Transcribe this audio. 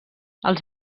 els